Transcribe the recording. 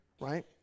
right